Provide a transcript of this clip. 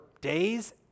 days